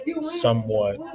somewhat